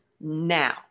now